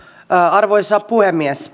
arvoisa puhemies